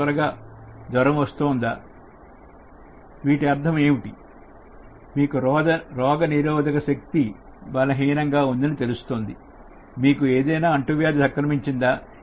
వీటి అర్థం ఏమిటి మీకు రోగ నిరోధక శక్తి బలహీనంగా ఉందని తెలుస్తోంది మీకు ఏదైనా అంటువ్యాధి సంక్రమించిం దా